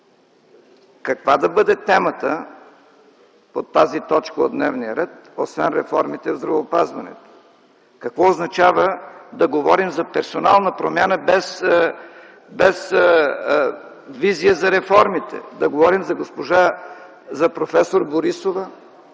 каква да бъде темата по тази точка от дневния ред, освен реформите в здравеопазването?! Какво означава да говорим за персонална промяна без визия за реформите? Да говорим за проф. Борисова